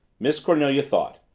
miss cornelia thought.